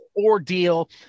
ordeal